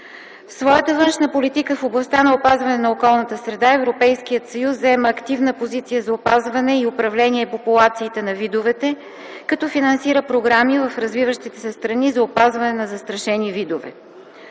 своята външна политика в областта на опазване на околната среда Европейският съюз заема активна позиция за опазване и управление популациите на видовете, като финансира програми в развиващите се страни за опазване на застрашени видове.